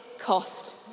cost